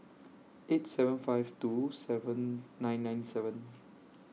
eight seven five two seven nine nine seven